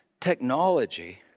technology